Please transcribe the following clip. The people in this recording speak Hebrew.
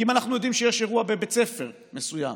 כי היום אנחנו יודעים שכשיש אירוע בבית ספר מסוים